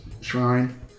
shrine